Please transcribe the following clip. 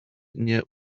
nie